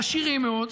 עשירים מאוד,